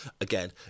again